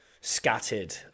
scattered